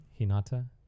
Hinata